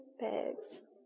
bags